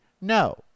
no